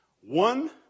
One